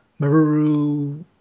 Maruru